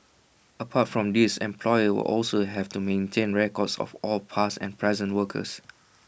apart from these employers will also have to maintain records of all past and present workers